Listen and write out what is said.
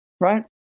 right